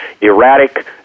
erratic